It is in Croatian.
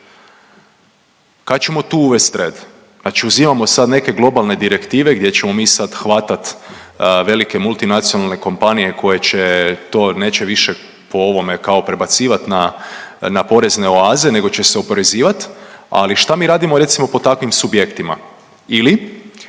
Kad ćemo tu uvesti red? Znači uzimamo sad neke globalne direktive gdje ćemo mi sad hvatati velike multinacionalne kompanije koje će, to neće više po ovome, kao prebacivati na porezne oaze, nego će se oporezivati, ali šta mi radimo, recimo po takvim subjektima? Ili